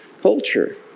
culture